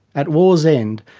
at war's end,